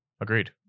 Agreed